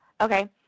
Okay